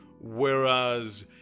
whereas